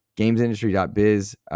Gamesindustry.biz